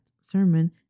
sermon